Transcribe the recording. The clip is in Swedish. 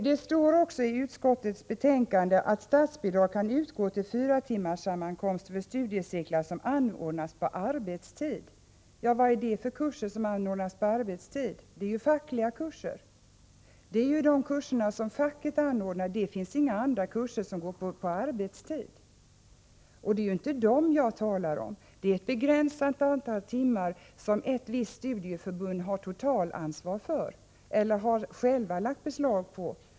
Det står i utskottets betänkande att statsbidrag kan utgå till fyratimmarssammankomster för studiecirklar som anordnas på arbetstid. Vad är det för kurser? Jo, det är fackliga kurser. Det finns inga andra kurser som går på arbetstid, och det är inte de fackliga kurserna som jag talar om. Det är fråga om ett begränsat antal timmar som ett visst studieförbund har totalansvar för eller självt har lagt beslag på.